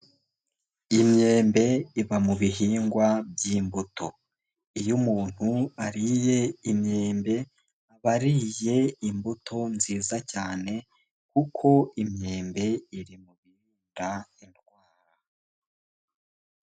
Imyembe iba mu bihingwa by'imbuto. Iyo umuntu ariye imyembe aba ariye imbuto nziza cyane, kuko imyembe iri mubirinda indwara .